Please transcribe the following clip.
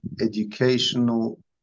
educational